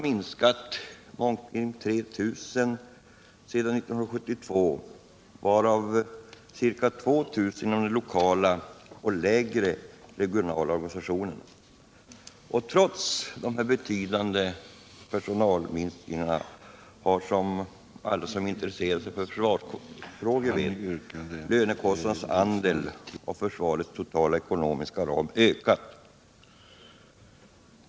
minskat med omkring 3 000 sedan 1972, varav ca 2 000 inom den lokala och | lägre regionala organisationen. Trots betydande personalminskningar har, som alla som intresserar sig för försvarsfrågor vet, lönekostnadernas andel av | försvarets totala ekonomiska ram ökat.